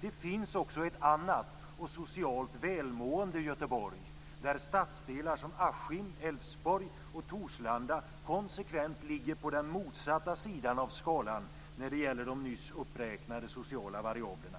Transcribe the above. Det finns också ett annat och socialt välmående Göteborg, där stadsdelar som Askim, Älvsborg och Torslanda konsekvent ligger på den motsatta sidan av skalan när det gäller de nyss uppräknade sociala variablerna.